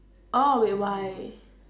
orh wait why